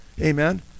amen